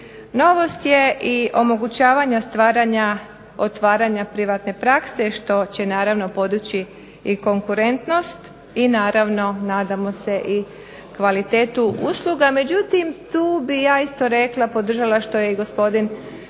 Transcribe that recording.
Novost je omogućavanja stvaranja, otvaranja privatne prakse, što će naravno podići i konkurentnost, i naravno nadamo se i kvalitetu usluga. Međutim tu bi ja isto rekla, podržala što je i gospodin